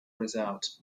result